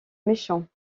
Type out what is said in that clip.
méchants